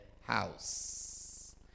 house